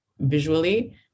visually